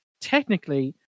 technically